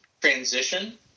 transition